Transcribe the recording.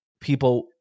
people